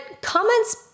comments